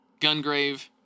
Gungrave